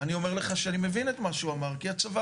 אני אומר לך שאני מבין את מה שהוא אמר כי הצבא